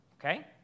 okay